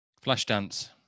Flashdance